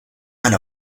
and